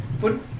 good